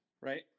right